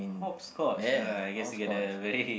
hopscotch uh I guess you got the very